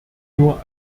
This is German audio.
nur